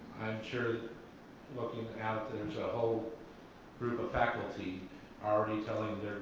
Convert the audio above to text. sure looking at there's a whole group of faculty already telling